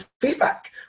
feedback